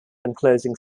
enclosing